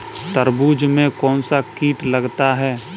तरबूज में कौनसा कीट लगता है?